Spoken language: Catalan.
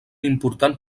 important